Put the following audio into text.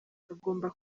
agomba